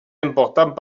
important